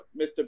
Mr